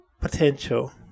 potential